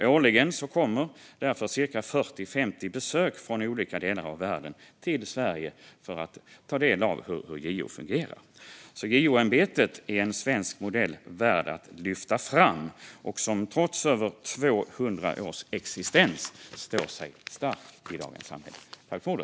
Årligen görs ca 40-50 besök från olika delar av världen till Sverige för att ta del av hur JO fungerar. JO-ämbetet är en svensk modell väl värd att lyfta fram, som trots 200 års existens står stark i dagens samhälle.